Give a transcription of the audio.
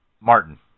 Martin